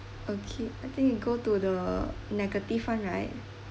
okay I think you go to the negative [one] right